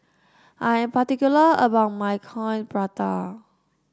I am particular about my Coin Prata